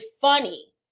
funny